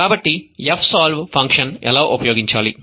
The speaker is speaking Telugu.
కాబట్టి fsolve ఫంక్షన్ ఎలా ఉపయోగించాలి